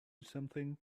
something